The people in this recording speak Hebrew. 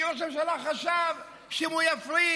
כי ראש הממשלה חשב שאם הוא יפריד